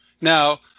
Now